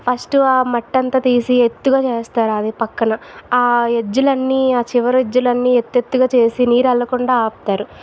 first ఆ మట్టీ అంతా తీసి ఎత్తుగా చేస్తారు అది పక్కన ఆ ఎజ్జులన్ని ఆ చివర ఎజ్జులన్నీ ఎత్తు ఎత్తుగా చేసి నీరు వెళ్ళకుండా ఆపుతారు